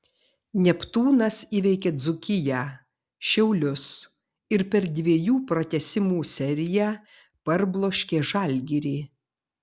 neptūnas įveikė dzūkiją šiaulius ir per dviejų pratęsimų seriją parbloškė žalgirį